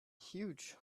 huge